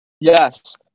Yes